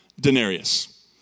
denarius